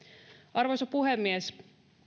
arvoisa puhemies